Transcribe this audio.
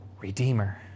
Redeemer